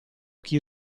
chi